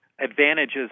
advantages